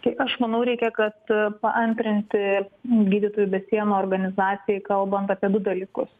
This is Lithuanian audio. tai aš manau reikia kad paantrinti gydytojai be sienų organizacijai kalbant apie du dalykus